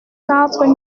quatre